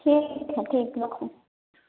ठीक हइ ठीक हइ रखू